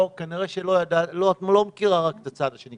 כנראה שאת לא מכירה את הצד השני.